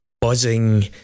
buzzing